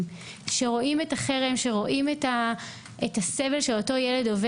כשהם רואים את החרם והסבל שעובר הילד.